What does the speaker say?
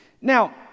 Now